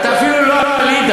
עושים הרבה, אתה אפילו לא עלית,